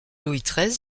louis